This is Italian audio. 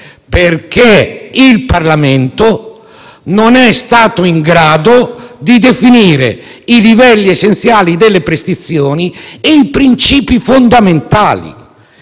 perché il Parlamento non è stato in grado di definire i livelli essenziali delle prestazioni e i principi fondamentali.